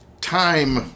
time